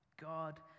God